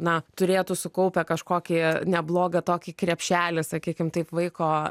na turėtų sukaupę kažkokį neblogą tokį krepšelį sakykim taip vaiko